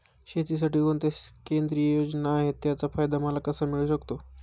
शेतीसाठी कोणत्या केंद्रिय योजना आहेत, त्याचा फायदा मला कसा मिळू शकतो?